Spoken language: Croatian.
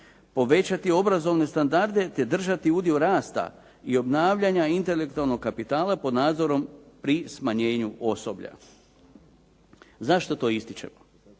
povećati obrazovne standarde te držati udio rasta i obnavljanja intelektualnog kapitala pod nadzorom pri smanjenju osoblja. Zašto to ističem?